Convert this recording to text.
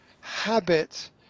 habit